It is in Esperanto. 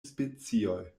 specioj